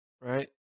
right